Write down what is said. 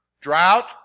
Drought